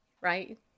right